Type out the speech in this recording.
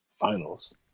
finals